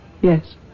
Yes